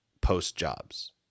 post-jobs